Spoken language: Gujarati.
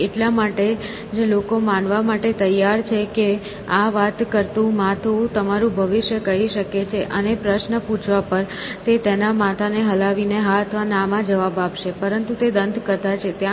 તેથી એટલા માટે જ લોકો માનવા માટે તૈયાર છે કે આ વાત કરતું માથું તમારું ભવિષ્ય કહી શકે છે અને પ્રશ્ન પૂછવા પર તે તેના માથાને હલાવીને હા અથવા ના માં જવાબ આપશે પરંતુ તે દંતકથા છે